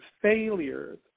failures